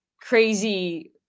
crazy